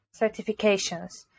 certifications